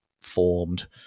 formed